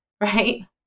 right